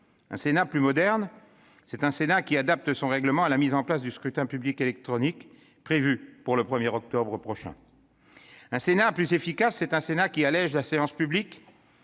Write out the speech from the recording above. Un Sénat plus moderne, c'est un Sénat qui adapte son règlement à la mise en place du scrutin public électronique, prévue à compter du 1 octobre prochain. Un Sénat plus efficace, c'est un Sénat qui allège la séance publique,